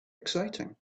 exciting